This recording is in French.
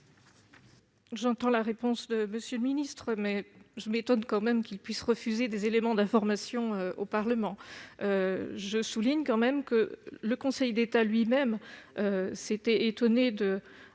J'entends bien la réponse que nous fait M. le ministre, mais je m'étonne quand même qu'il puisse refuser des éléments d'information au Parlement. Soulignons que le Conseil d'État lui-même s'était étonné du